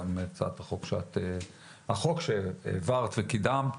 גם החוק שהעברת וקידמת.